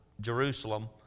Jerusalem